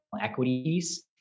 equities